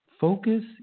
Focus